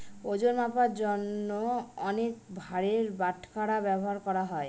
ওজন মাপার জন্য অনেক ভারের বাটখারা ব্যবহার করা হয়